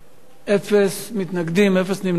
אפס מתנגדים, אפס נמנעים.